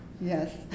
Yes